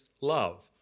love